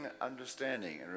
understanding